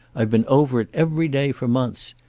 i've been over it every day for months.